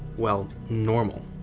well, normal.